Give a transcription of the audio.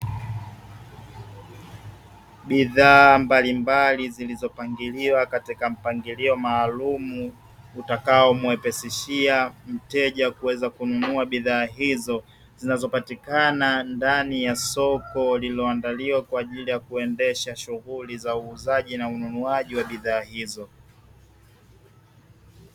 Bidhaa mbalimbali zilizopangiliwa katika mpangilio maalumu utakao muepesishia mteja kuweza kununua bidhaa hizo zinazopatikana ndani ya soko lililoandiliwa kwa ajili ya kuendesha shughuli za uuzaji na ununuaji wa bidhaa hizo.